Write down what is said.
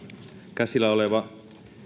käsillä oleva